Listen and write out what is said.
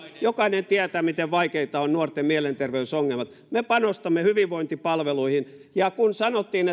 jokainen tietää miten vaikeita ovat nuorten mielenterveysongelmat me panostamme hyvinvointipalveluihin ja kun sanottiin